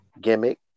gimmick